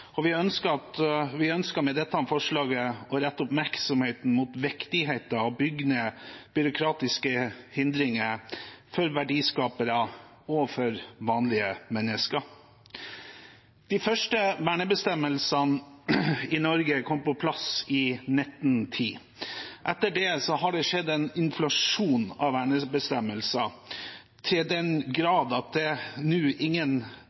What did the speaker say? Vi ønsker med dette forslaget å rette oppmerksomheten mot viktigheten av å bygge ned byråkratiske hindringer for verdiskapere og for vanlige mennesker. De første vernebestemmelsene i Norge kom på plass i 1910. Etter det har det skjedd en inflasjon av vernebestemmelser, i den grad at det nå er ingen